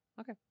Okay